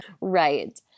Right